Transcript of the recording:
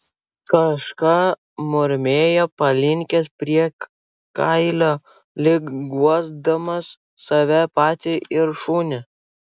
kažką murmėjo palinkęs prie kailio lyg guosdamas save patį ir šunį